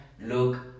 look